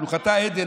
מנוחתה עדן,